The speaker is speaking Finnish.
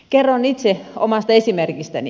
kerron itse omasta esimerkistäni